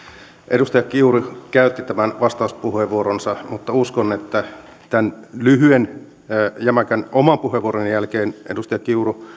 edustaja kiuru käytti tämän vastauspuheenvuoronsa mutta uskon että tämän lyhyen jämäkän oman puheenvuoroni jälkeen edustaja kiuru